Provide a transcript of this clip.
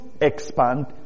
expand